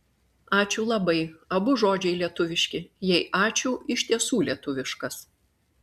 ačiū labai abu žodžiai lietuviški jei ačiū iš tiesų lietuviškas